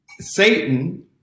Satan